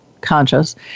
conscious